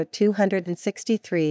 263